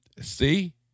see